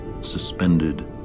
suspended